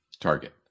target